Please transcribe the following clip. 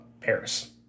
Paris